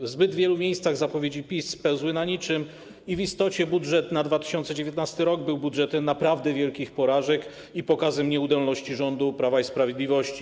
W zbyt wielu miejscach zapowiedzi PiS spełzły na niczym i w istocie budżet na 2019 r. był budżetem naprawdę wielkich porażek i pokazem nieudolności rządu Prawa i Sprawiedliwości.